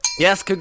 Yes